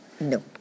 No